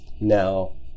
Now